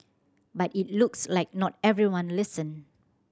but it looks like not everyone listened